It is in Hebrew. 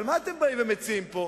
אבל מה אתם מציעים פה?